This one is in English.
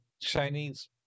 Chinese